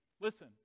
listen